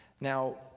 Now